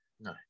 No